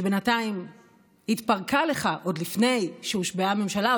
שבינתיים התפרקה לך עוד לפני שהושבעה ממשלה,